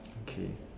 okay